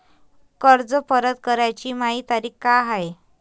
कर्ज परत कराची मायी तारीख का हाय?